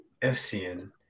Essien